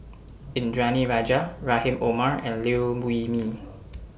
Indranee Rajah Rahim Omar and Liew Wee Mee